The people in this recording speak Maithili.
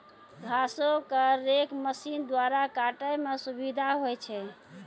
घासो क रेक मसीन द्वारा काटै म सुविधा होय छै